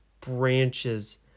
branches